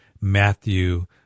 Matthew